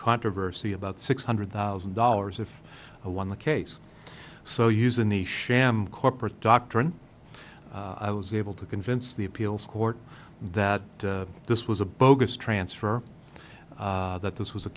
controversy about six hundred thousand dollars if i won the case so using the sham corporate doctrine i was able to convince the appeals court that this was a bogus transfer that this was a